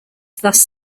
thus